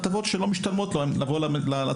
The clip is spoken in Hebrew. הטבות שלא משתלמות לו לבוא לצפון.